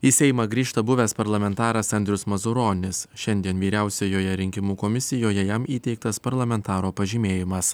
į seimą grįžta buvęs parlamentaras andrius mazuronis šiandien vyriausiojoje rinkimų komisijoje jam įteiktas parlamentaro pažymėjimas